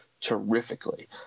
terrifically